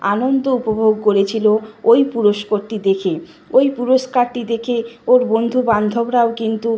আনন্দ উপভোগ করেছিল ওই পুরস্কারটি দেখে ওই পুরস্কারটি দেখে ওর বন্ধুবান্ধবরাও কিন্তু